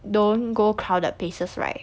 don't go crowded places right